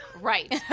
Right